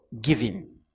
Giving